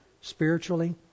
spiritually